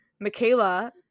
Michaela